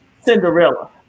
cinderella